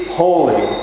holy